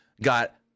got